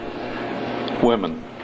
women